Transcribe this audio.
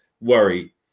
worry